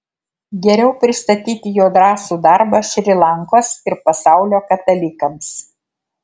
geriau pristatyti jo drąsų darbą šri lankos ir pasaulio katalikams